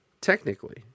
technically